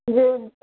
جی